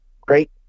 great